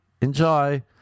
enjoy